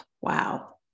Wow